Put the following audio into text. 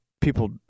people